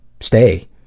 stay